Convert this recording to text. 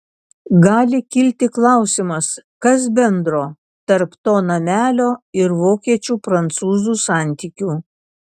gali kilti klausimas kas bendro tarp to namelio ir vokiečių prancūzų santykių